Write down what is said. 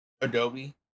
Adobe